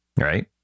right